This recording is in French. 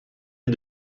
est